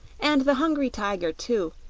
and the hungry tiger, too!